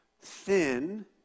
thin